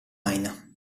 line